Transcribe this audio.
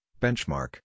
benchmark